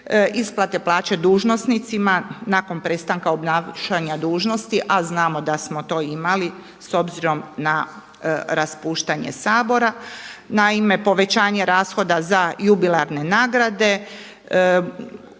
isplate plaće dužnosnicima nakon prestanka obnašanja dužnosti, a znamo da smo to imali s obzirom na raspuštanje Sabora. Naime, povećanje rashoda za jubilarne nagrade